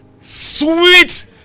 Sweet